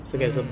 mm